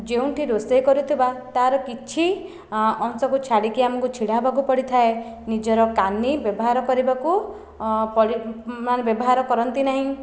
ଯେଉଁଠି ରୋଷେଇ କରୁଥିବା ତାର କିଛି ଅଂଶକୁ ଛାଡ଼ିକି ଆମକୁ ଛିଡ଼ା ହେବାକୁ ପଡ଼ିଥାଏ ନିଜର କାନି ବ୍ୟବହାର କରିବାକୁ ପଡ଼ି ମାନେ ବ୍ୟବହାର କରନ୍ତି ନାହିଁ